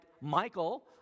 Michael